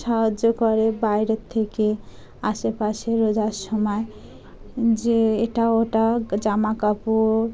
সাহায্য করে বাইরের থেকে আশেপাশে রোজার সময় যে এটা ওটা জামা কাপড়